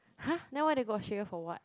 [huh] then why they go Australia for what